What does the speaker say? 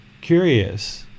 curious